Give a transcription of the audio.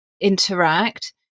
interact